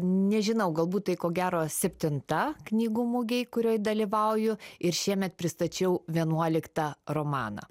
nežinau galbūt tai ko gero septintą knygų mugėj kurioj dalyvauju ir šiemet pristačiau vienuoliktą romaną